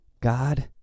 God